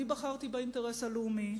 אני בחרתי באינטרס הלאומי.